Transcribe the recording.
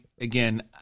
again